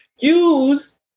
Use